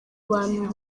bantu